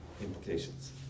implications